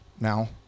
now